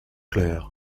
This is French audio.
clair